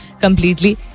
completely